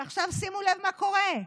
ועכשיו שימו לב מה קורה: